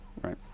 Right